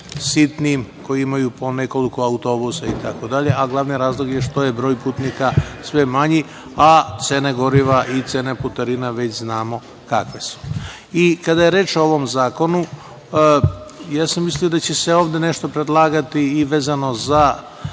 sitnim koji imaju po nekoliko autobusa itd. glavni razlog je što je broj putnika sve manji, a cene goriva i cene putarina već znamo kakve su. Kada je reč o ovom zakonu, mislio sam da će se ovde nešto predlagati vezano za